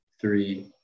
three